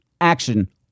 Action